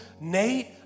Nate